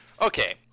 okay